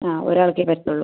ആ ഒരാൾക്കേ പറ്റുള്ളൂ